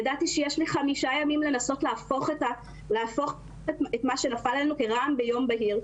ידעתי שיש לי חמישה ימים לנסות להפוך את מה שנפל עלינו כרעם ביום בהיר.